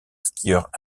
skieurs